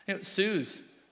Sue's